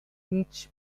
each